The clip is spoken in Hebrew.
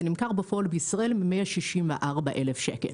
זה נמכר בפועל בישראל ב-164,000 שקל.